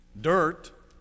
dirt